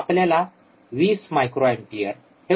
आपल्याला २० microampere हे उत्तर मिळेल